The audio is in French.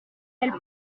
elle